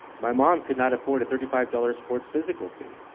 my mom could not afford a thirty five dollars sports physical fee.